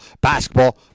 basketball